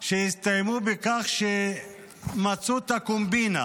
שהסתיימו בכך שמצאו את הקומבינה.